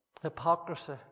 hypocrisy